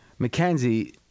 McKenzie